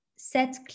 set